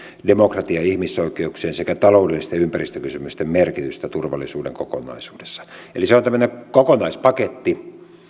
demokratian ihmisoikeuksien sekä taloudellisten ja ympäristökysymysten merkitystä turvallisuuden kokonaisuudessa eli se on tämmöinen kokonaispaketti